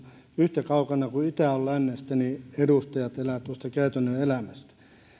yhtä kaukana kuin itä on lännestä edustajat elävät tuosta käytännön elämästä